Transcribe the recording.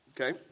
Okay